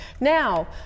Now